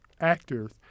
actors